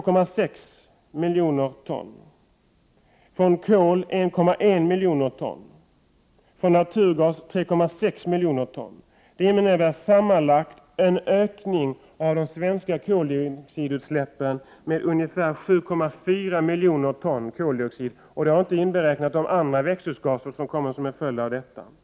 kommer att bli 2,6 miljoner ton. Från kol kommer utsläppen att bli 1,1 miljoner ton, och från naturgas 3,6 miljoner ton. Det kommer att innebära en sammanlagd ökning av de svenska koldioxidutsläppen med ungefär 7,4 miljoner ton koldioxid, och de andra växthusgaser som kommer som en följd av detta är inte inberäknade i det talet.